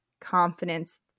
confidence